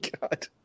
God